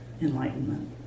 enlightenment